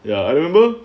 ya I remember